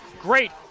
Great